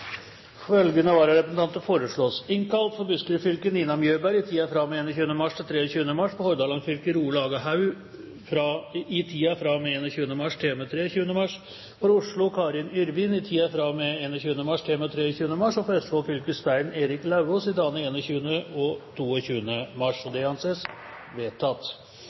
Følgende vararepresentanter innkalles: For Buskerud fylke: Nina Mjøberg i tiden fra og med 21. mars til og med 23. mars For Hordaland fylke: Roald Aga Haug i tiden fra og med 21. mars til og med 23. mars For Oslo: Karin Yrvin i tiden fra og med 21. mars til og med 23. mars For Østfold fylke: Stein Erik Lauvås i dagene 21. og 22. mars